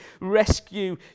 rescue